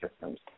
systems